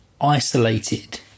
isolated